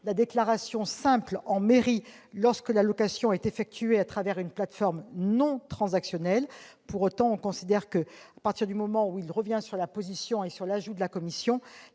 la déclaration simple en mairie lorsque la location est effectuée au travers d'une plateforme non transactionnelle. Pour autant, comme il revient sur la position et l'ajout de la commission,